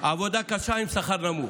עבודה קשה ששכרה נמוך.